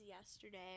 yesterday